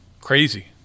Crazy